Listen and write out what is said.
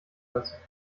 lassen